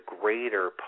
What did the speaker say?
greater